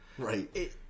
Right